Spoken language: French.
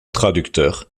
traducteur